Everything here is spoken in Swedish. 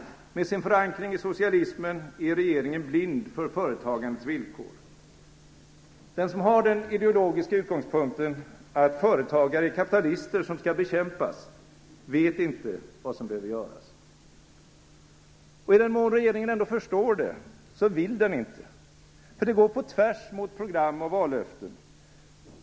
Med sin förankring i socialismen är regeringen blind för företagandets villkor. Den som har den ideologiska utgångspunkten att företagare är kapitalister som skall bekämpas vet inte vad som behöver göras. I den mån regeringen ändå förstår det, vill den inte. Det går på tvärs mot program och vallöften.